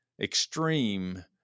extreme